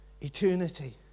Eternity